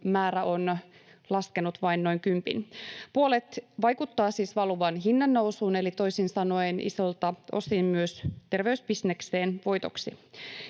määrä on laskenut vain noin kympin. Puolet vaikuttaa siis valuvan hinnannousuun eli toisin sanoen isolta osin myös terveysbisnekseen voitoksi.